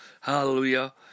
Hallelujah